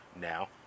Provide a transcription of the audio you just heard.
now